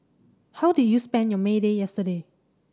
how did you spend your May Day yesterday